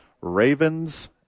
Ravens